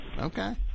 Okay